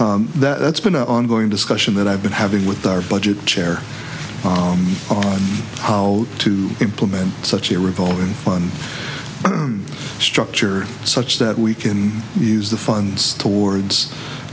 chair that's been an ongoing discussion that i've been having with our budget chair on how to implement such a revolving fund structure such that we can use the funds towards